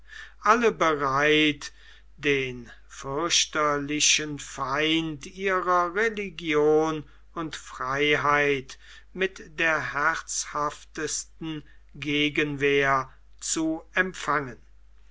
alle bereit den fürchterlichen feind ihrer religion und freiheit mit der herzhaftesten gegenwehr zu empfangen